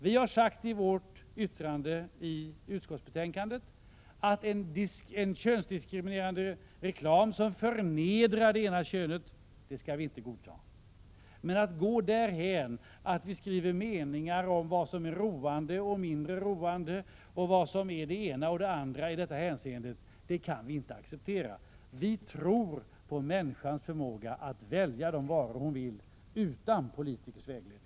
Vi har sagt i vårt yttrande i utskottsbetänkandet att könsdiskriminerande reklam som förnedrar det ena könet inte skall godtas, men att gå därhän att man skriver meningar om vad som är roande och mindre roande och vad som är det ena och det andra kan vi inte acceptera. Vi tror på människans förmåga att välja de varor hon vill ha utan politikers vägledning.